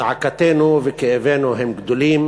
זעקתנו וכאבנו הם גדולים,